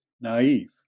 naive